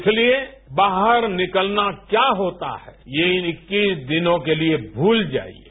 इसलिए बाहर निकलना क्या होता है ये इन इक्कीस दिनों के लिए भूल जाइये